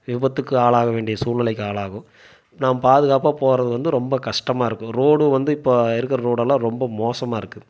விபத்துக்கு ஆளாக வேண்டிய சூழ்நிலைக்கு ஆளாகுவோம் நாம் பாதுகாப்பாக போகிறது வந்து ரொம்ப கஷ்டமாக இருக்கும் ரோடு வந்து இப்போ இருக்கிற ரோடெல்லாம் ரொம்ப மோசமாக இருக்கு